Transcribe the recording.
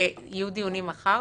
יהיו דיונים מחר?